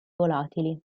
volatili